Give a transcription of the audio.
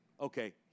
Okay